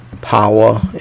power